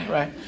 Right